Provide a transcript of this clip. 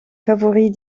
favoris